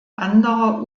anderer